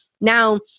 now